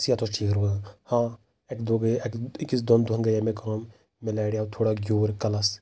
صحت اوس ٹھیٖک روزان ہاں اَکہِ دۄہ گٔیَے أکِس دوٚن دوٚہَن گٔیَے مےٚ کٲم مےٚ لاریو تھوڑا گیوٗر کَلَس